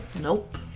Nope